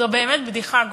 זו באמת בדיחה גרועה.